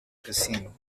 cuisine